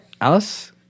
Alice